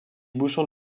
bouchons